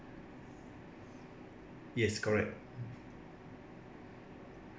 yes correct